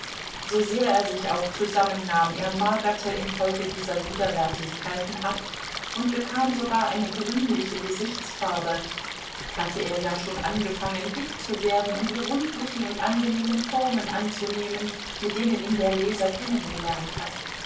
so sehr er sich auch zusammennahm er magerte infolge dieser widerwärtigkeiten ab und bekam sogar eine grünliche gesichtsfarbe hatte er ja schon angefangen dick zu werden und die rundlichen und angenehmen formen anzunehmen mit denen ihn der leser kennengelernt hat